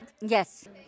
Yes